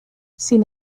sin